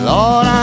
Lord